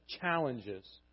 challenges